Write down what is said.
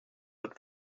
wird